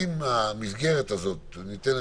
אנחנו אמורים להמשיך היום את "חוק המסגרת" בישיבה נוספת,